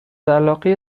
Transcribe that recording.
علاقه